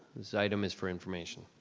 this item is for information.